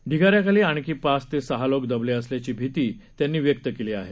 ढिगाऱ्याखाली आणखी पाच ते सहा लोक दबले असल्याची भिती त्यांनी व्यक्त केली आहे